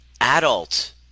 adult